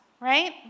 Right